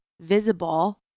visible